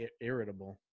irritable